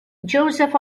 joseph